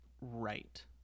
right